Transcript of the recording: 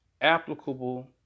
applicable